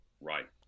right